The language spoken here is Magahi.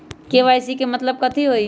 के.वाई.सी के मतलब कथी होई?